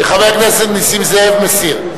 חבר הכנסת נסים זאב מסיר?